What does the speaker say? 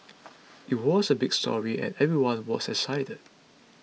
it was a big story and everyone was excited